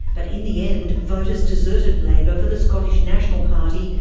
but in the end, voters deserted labour for the scottish national party,